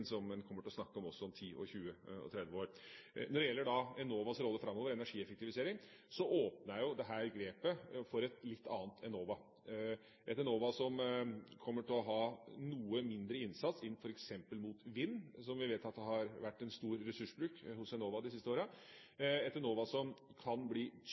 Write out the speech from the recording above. som man kommer til å snakke om, også om 10, 20 og 30 år. Når det gjelder Enovas rolle framover og energieffektivisering, åpner dette grepet for et litt annet Enova – et Enova som kommer til å ha noe mindre innsats inn mot f.eks. vind, som vi vet har vært en stor ressursbruk hos Enova de siste årene, og et Enova som kan